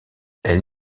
elle